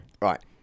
Right